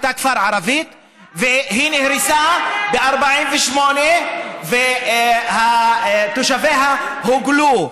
מיעאר היה כפר ערבי והוא נהרס ב-1948 ותושביו הוגלו.